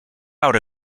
out